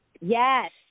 Yes